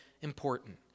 important